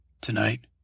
Tonight